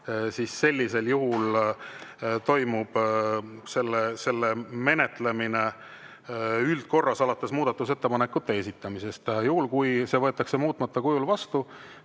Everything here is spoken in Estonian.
siis sellisel juhul toimub selle menetlemine üldkorras, alates muudatusettepanekute esitamisest. Juhul kui see võetakse muutmata kujul vastu,